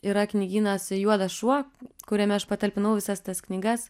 yra knygynas juodas šuo kuriame aš patalpinau visas tas knygas